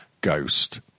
Ghost